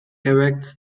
erect